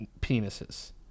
penises